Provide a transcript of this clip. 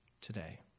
today